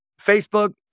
Facebook